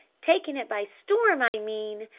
taken it by storm, i mean!